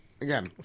again